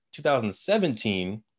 2017